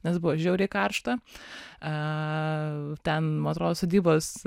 nes buvo žiauriai karšta ten atrodo sodybos